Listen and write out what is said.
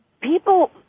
people